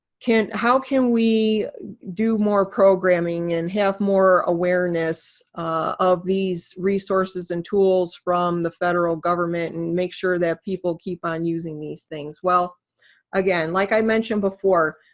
how can we do more programming and have more awareness of these resources and tools from the federal government, and make sure that people keep on using these things? well again, like i mentioned before,